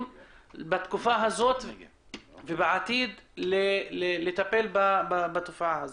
בתקופה הזו ובעתיד לטיפול בתופעה הזו.